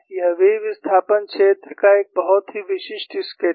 यह v विस्थापन क्षेत्र का एक बहुत ही विशिष्ट स्केच है